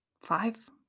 five